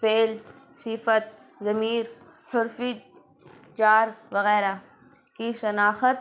فعل صفت ضمیر حرف جار وغیرہ کی شناخت